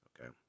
Okay